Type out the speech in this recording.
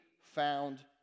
found